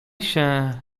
się